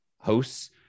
hosts